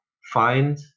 FIND